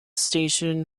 station